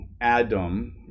Adam